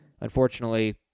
Unfortunately